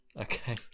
Okay